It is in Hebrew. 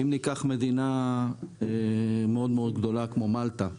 אם ניקח מדינה כמו מלטה,